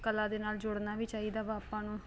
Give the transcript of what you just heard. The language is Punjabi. ਕਲਾ ਦੇ ਨਾਲ ਜੁੜਨਾ ਵੀ ਚਾਹੀਦਾ ਵਾ ਆਪਾਂ ਨੂੰ